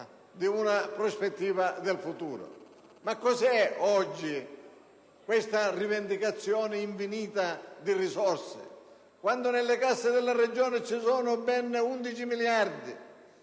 di una prospettiva futura. Cosa significa oggi questa rivendicazione infinita di risorse? Quando nelle casse di una Regione ci sono ben 11 miliardi